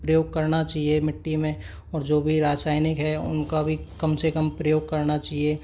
प्रयोग करना चाहिए मिट्टी में और जो भी रासायनिक हैं उनका भी कम से कम प्रयोग करना चाहिए